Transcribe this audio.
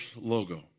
logo